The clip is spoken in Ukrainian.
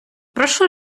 прошу